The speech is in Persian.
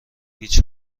هیچ